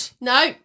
No